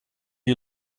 you